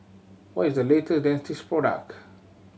what is the late Dentiste product